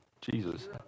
Jesus